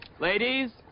Ladies